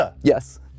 Yes